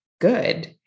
good